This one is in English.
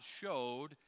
showed